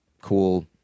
cool